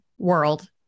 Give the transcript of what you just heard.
world